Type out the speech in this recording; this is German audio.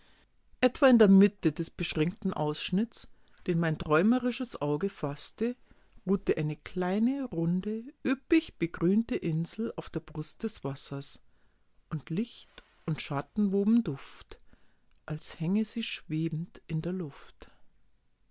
etwa in der mitte des beschränkten ausschnitts den mein träumerisches auge faßte ruhte eine kleine runde üppig begrünte insel auf der brust des wassers und licht und schatten woben duft als hänge sie schwebend in der luft